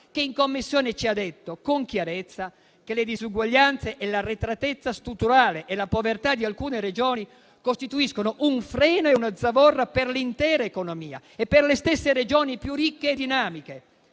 che in Commissione ci ha detto con chiarezza che le disuguaglianze, l'arretratezza strutturale e la povertà di alcune Regioni costituiscono un freno e una zavorra per l'intera economia e per le stesse Regioni più ricche e dinamiche.